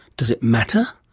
does it matter?